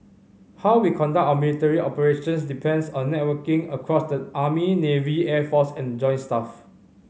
how we conduct our military operations depends on networking across the army navy air force and the joint staff